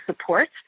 support